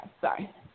sorry